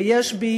ויש בי,